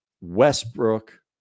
Westbrook